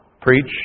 preach